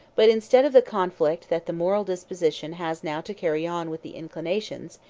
but instead of the conflict that the moral disposition has now to carry on with the inclinations,